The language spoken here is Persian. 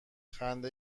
خنده